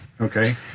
Okay